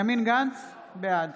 בעד